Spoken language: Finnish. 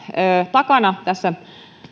takana